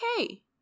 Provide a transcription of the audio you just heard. okay